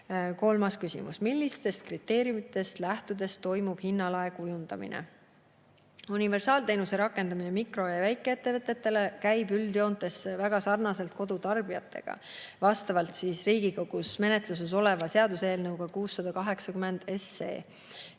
Kolmas küsimus: "Millistest kriteeriumitest lähtudes toimub hinnalae kujundamine?" Universaalteenuse rakendamine mikro‑ ja väikeettevõtetele käib üldjoontes väga sarnaselt kodutarbijatega, Riigikogus menetluses oleva seaduseelnõuga 680.